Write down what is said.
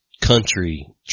country